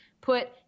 Put